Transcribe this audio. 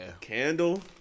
Candle